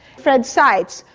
fred seitz,